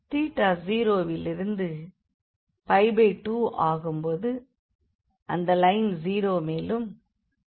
theta 0 விலிருந்து 2 ஆகும் போது அந்த லைன் 0 மேலும்